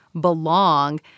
belong